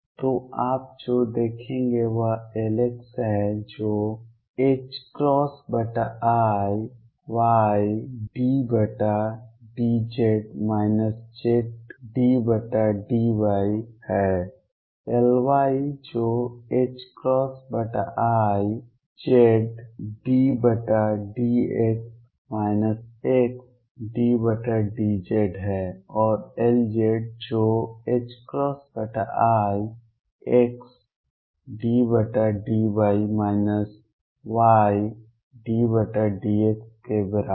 तो आप जो देखेंगे वह Lx है जो is i y∂z z∂y है Ly जो i z∂x x∂z है और Lz जो i x∂y y∂x के बराबर है